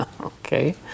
Okay